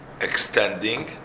extending